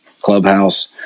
clubhouse